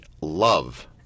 love